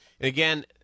Again